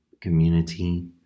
community